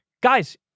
guys